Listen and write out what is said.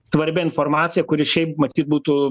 svarbia informacija kuri šiaip matyt būtų